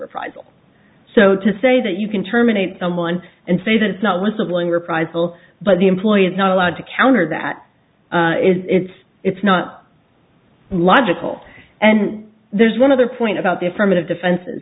reprisal so to say that you can terminate someone and say that it's not whistleblowing reprisal but the employer is not allowed to counter that it's it's not logical and there's one other point about the affirmative defenses